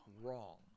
wrong